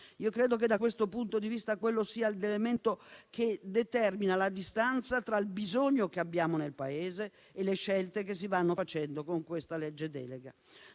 necessità di spesa. Credo che quello sia l'elemento che determina la distanza tra il bisogno che abbiamo nel Paese e le scelte che si vanno facendo con questa legge delega.